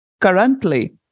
currently